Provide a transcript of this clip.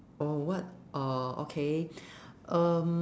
oh what uh okay um